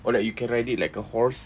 or like you can ride it like a horse